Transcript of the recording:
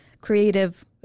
creative